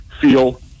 feel